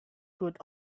hood